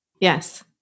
yes